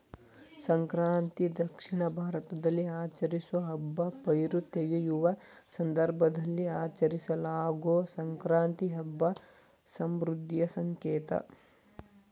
ಸಂಕ್ರಾಂತಿ ದಕ್ಷಿಣ ಭಾರತದಲ್ಲಿ ಆಚರಿಸೋ ಹಬ್ಬ ಪೈರು ತೆಗೆಯುವ ಸಂದರ್ಭದಲ್ಲಿ ಆಚರಿಸಲಾಗೊ ಸಂಕ್ರಾಂತಿ ಹಬ್ಬ ಸಮೃದ್ಧಿಯ ಸಂಕೇತ